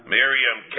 Miriam